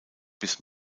bis